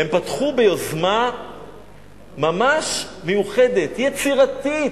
הם פתחו ביוזמה מיוחדת מאוד, יצירתית.